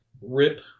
rip